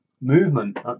movement